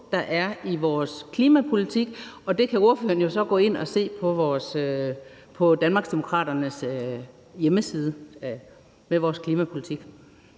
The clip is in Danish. fornuft i vores klimapolitik, og det kan ordføreren gå ind og se på Danmarksdemokraternes hjemmeside, hvor vores klimapolitik